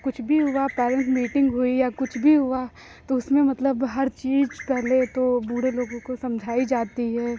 कुछ भी हुआ पैरेंट्स मीटिंग हुई या कुछ भी हुआ तो उसमें मतलब हर चीज पहले तो बूढ़े लोगों को समझाई जाती है